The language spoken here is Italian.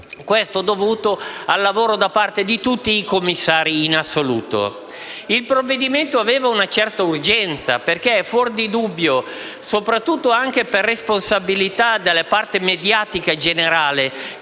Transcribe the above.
è dovuto al lavoro di tutti i commissari, in assoluto. Il provvedimento richiedeva una certa urgenza, perché è fuor di dubbio, soprattutto anche per responsabilità della parte mediatica in generale,